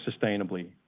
sustainably